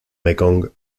mekong